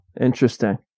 interesting